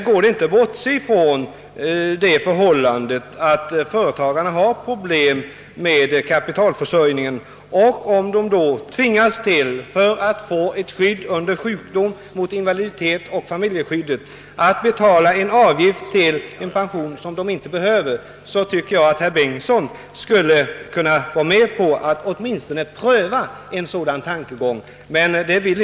Man kan inte bortse från att företagarna har problem med kapitalförsörjningen, och tvingas de då, för att få skydd när det gäller sjukdom, invaliditet och familj, att betala avgift till en pension som de personligen inte behöver, tycker jag det föreligger ett missförhållande som borde motivera att herr Bengtsson åtminstone skulle kunna gå med på en omprövning.